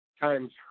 times